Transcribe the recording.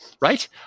Right